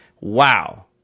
wow